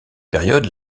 période